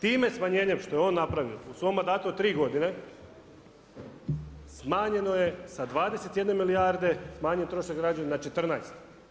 Time smanjenjem, što je on napravio u svom mandatu od 3 godine, smanjeno je sa 21 milijarde, smanjen je trošak građana na 14.